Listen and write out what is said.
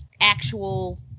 actual